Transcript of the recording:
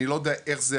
אני לא יודע איך זה,